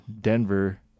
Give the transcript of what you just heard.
denver